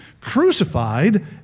crucified